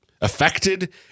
affected